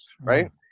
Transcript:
right